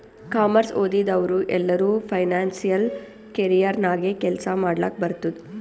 commerce ಓದಿದವ್ರು ಎಲ್ಲರೂ financial career ನಾಗೆ ಕೆಲ್ಸಾ ಮಾಡ್ಲಕ್ ಬರ್ತುದ್